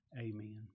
Amen